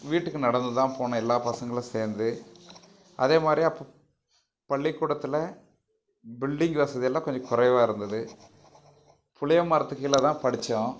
வீட்டுக்கு நடந்து தான் போகணும் எல்லா பசங்களும் சேர்ந்து அதே மாதிரி அப்போ பள்ளிக்கூடத்தில் பில்டிங் வசதி எல்லாம் கொஞ்சம் குறைவா இருந்தது புளிய மரத்துக்கு கீழே தான் படித்தோம்